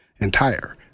entire